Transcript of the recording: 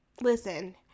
listen